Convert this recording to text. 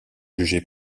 jugé